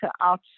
out